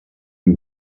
amb